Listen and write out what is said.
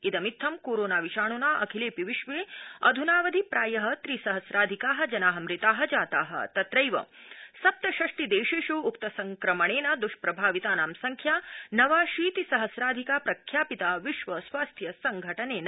इदमित्थम् corona विषाणुना अखिलेऽपि विश्वे अधुनावधि प्राय त्रि सहस्राधिका जना मृता जाता तत्रैव सप्तषष्टि देशेषु उक्त संक्रमणेन द्ष्प्रभावितानां संख्या नवाशीति सहम्राधिका प्रख्यापिता विश्व स्वास्थ्य संघनेन